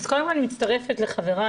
קודם כל אני מצטרפת לחבריי,